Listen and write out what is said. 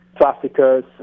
traffickers